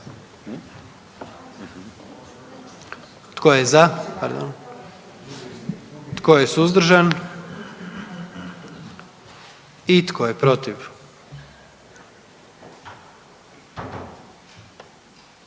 Tko je za? Tko je suzdržan? I tko je protiv?